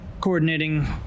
coordinating